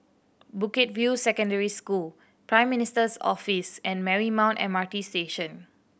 Bukit View Secondary School Prime Minister's Office and Marymount M R T Station